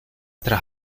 tras